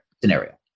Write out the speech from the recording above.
scenario